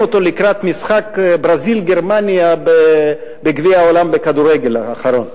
המשחק ברזיל גרמניה בגביע העולם האחרון בכדורגל.